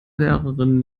lehrerin